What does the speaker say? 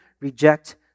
reject